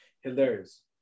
Hilarious